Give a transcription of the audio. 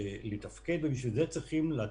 הן הבינו שאם זה יגיע אליהן, הן יצטרכו להיערך.